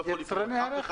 יצרני הרכב.